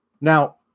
Now